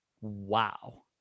Wow